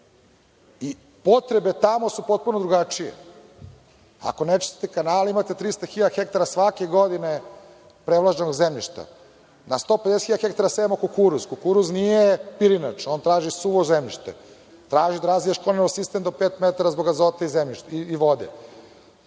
Potrebe tamo su potpuno drugačije. Ako ne čistite kanale, imate 300.000 hektara svake godine prevlaženog zemljišta. Na 150.000 hektara sejemo kukuruz. Kukuruz nije pirinač, on traži suvo zemljište, traži da razviješ ponovo sistem do pet metara zbog azota iz